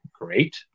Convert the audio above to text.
great